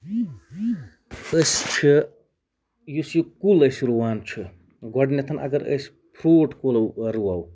أسۍ چھِ یُس یہِ کُل أسۍ رُوان چھِ گثڈنٮ۪تھَن اَگَر أسۍ فروٗٹ کُل رُوَو